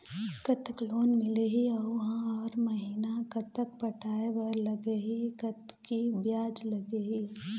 कतक लोन मिलही अऊ हर महीना कतक पटाए बर लगही, कतकी ब्याज लगही?